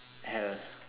hell